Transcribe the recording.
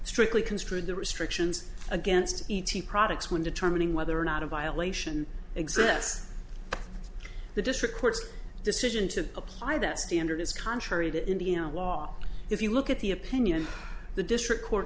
strictly construed the restrictions against e t products when determining whether or not a violation exists the district court's decision to apply that standard is contrary to in the law if you look at the opinion the district court